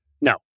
No